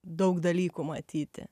daug dalykų matyti